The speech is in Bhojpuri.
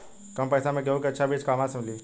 कम पैसा में गेहूं के अच्छा बिज कहवा से ली?